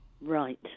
Right